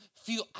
feel